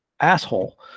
asshole